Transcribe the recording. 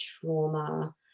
trauma